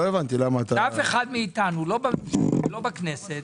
שאף אחד מאתנו, לא בממשלה ולא בכנסת,